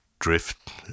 drift